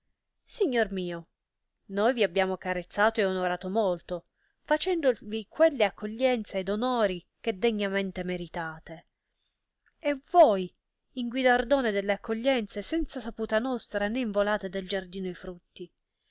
signor mio noi vi abbiamo carezzato e onorato molto facendovi quelle accoglienze ed onori che degnamente meritate e voi in guidardone delle accoglienze senza saputa nostra ne involate del giardino i frutti